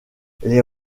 les